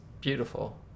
beautiful